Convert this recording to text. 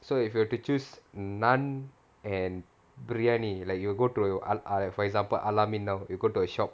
so if you were to choose naan and biryani like you will go to err err for example you go to a shop